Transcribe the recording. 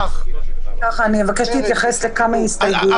אני מבקשת להתייחס לכמה הסתייגויות,